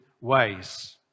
ways